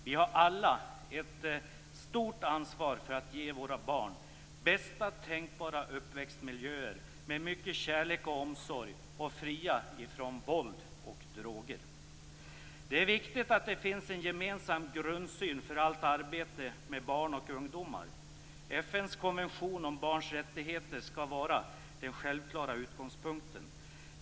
Vi har alla ett stort ansvar för att ge våra barn bästa tänkbara uppväxtmiljöer med mycket kärlek och omsorg och fria från våld och droger. Det är viktigt att det finns en gemensam grundsyn för allt arbete med barn och ungdomar. FN:s konvention om barns rättigheter skall vara den självklara utgångspunkten.